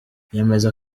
yemeza